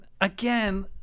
again